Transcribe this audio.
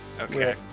Okay